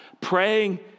Praying